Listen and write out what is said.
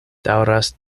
daŭras